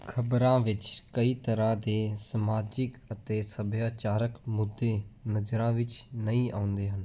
ਖਬਰਾਂ ਵਿੱਚ ਕਈ ਤਰ੍ਹਾਂ ਦੇ ਸਮਾਜਿਕ ਅਤੇ ਸੱਭਿਆਚਾਰਕ ਮੁੱਦੇ ਨਜ਼ਰਾਂ ਵਿੱਚ ਨਹੀਂ ਆਉਂਦੇ ਹਨ